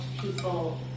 people